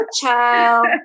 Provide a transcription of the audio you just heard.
child